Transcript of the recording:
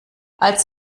als